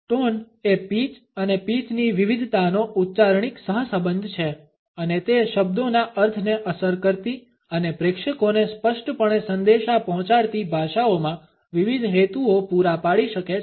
tone એ pitch અને પીચની વિવિધતાનો ઉચ્ચારણિક સહસંબંધ છે અને તે શબ્દોના અર્થને અસર કરતી અને પ્રેક્ષકોને સ્પષ્ટપણે સંદેશા પહોંચાડતી ભાષાઓમાં વિવિધ હેતુઓ પૂરા પાડી શકે છે